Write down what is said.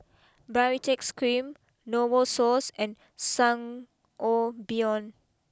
Bbaritex cream Novosource and Sangobion